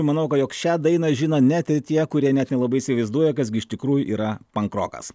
ir manau jog šią dainą žino net tie kurie net nelabai įsivaizduoja kas gi iš tikrųjų yra pankrokas